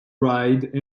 ride